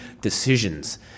decisions